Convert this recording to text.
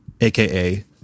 aka